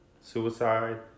suicide